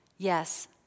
Yes